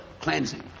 cleansing